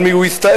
על מי הוא הסתער,